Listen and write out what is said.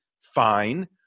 fine